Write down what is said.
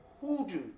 hoodoo